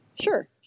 Sure